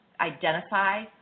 identify